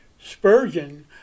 Spurgeon